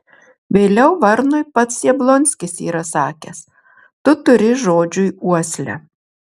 vėliau varnui pats jablonskis yra sakęs tu turi žodžiui uoslę